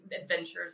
adventures